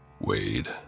Wade